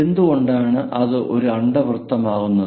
എന്തുകൊണ്ടാണ് ഇത് ഒരു അണ്ഡവൃത്തം ആകുന്നത്